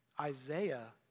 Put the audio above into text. Isaiah